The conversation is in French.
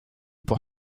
pour